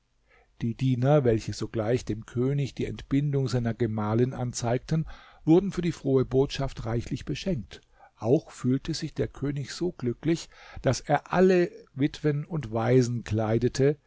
die diener welche sogleich dem könig die entbindung seiner gemahlin anzeigten wurden für die frohe botschaft reichlich beschenkt auch fühlte sich der könig so glücklich daß er alle witwen und waisen kleidete